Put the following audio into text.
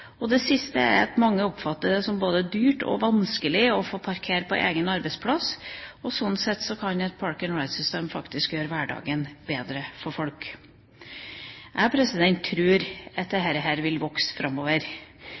Det siste er at mange oppfatter det som både dyrt og vanskelig å parkere på egen arbeidsplass. Slik sett kan et «park and ride»-system faktisk gjøre hverdagen bedre for folk. Jeg tror at dette vil vokse framover,